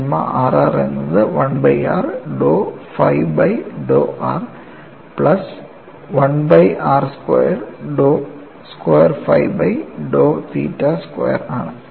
sigma rr എന്നത് 1 by r dow phi by dow r plus 1 by r squared dow square phi by dow theta square ആണ്